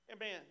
Amen